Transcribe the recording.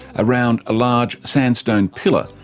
around a large sandstone pillar,